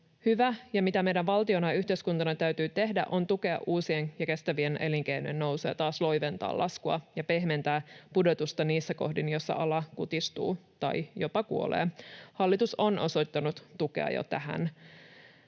tehdä ja mitä meidän valtiona ja yhteiskuntana täytyy tehdä, on tukea uusien, kestävien elinkeinojen nousua ja loiventaa laskua ja pehmentää pudotusta niissä kohdin, joissa ala kutistuu tai jopa kuolee. Hallitus on jo osoittanut tukea tähän.